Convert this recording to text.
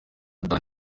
dan